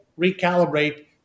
recalibrate